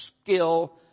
skill